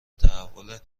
تحول